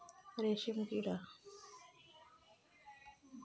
रेशीमकिडा